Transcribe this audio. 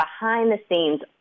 behind-the-scenes